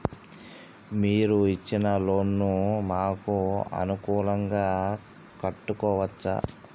మీరు ఇచ్చిన లోన్ ను మాకు అనుకూలంగా కట్టుకోవచ్చా?